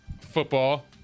football